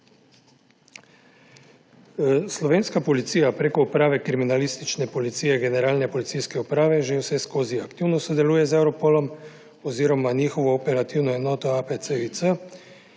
Slovenska Policija prek Uprave kriminalistične policije Generalne policijske uprave že vseskozi aktivno sodeluje z Europolom oziroma njihovo operativno enoto AP CIC,